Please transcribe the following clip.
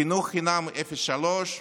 חינוך חינם אפס עד שלוש,